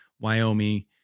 Wyoming